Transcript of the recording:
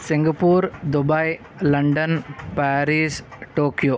Singapore Dubai London Paris Tokyo